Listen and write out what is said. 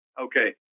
Okay